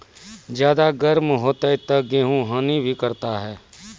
ज्यादा गर्म होते ता गेहूँ हनी भी करता है?